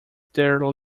their